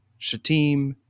Shatim